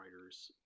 writers